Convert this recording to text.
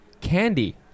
Candy